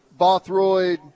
Bothroyd